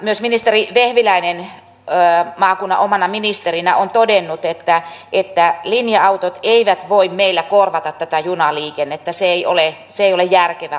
myös ministeri vehviläinen maakunnan omana ministerinä on todennut että linja autot eivät voi meillä korvata tätä junaliikennettä se ei ole järkevä ajatus